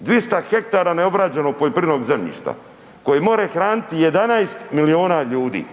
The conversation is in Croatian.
200 hektara neobrađenog poljoprivrednog zemljišta koje more hraniti 11 miliona ljudi,